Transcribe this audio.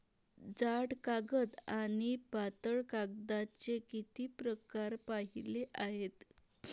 जाड कागद आणि पातळ कागदाचे किती प्रकार पाहिले आहेत?